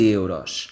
euros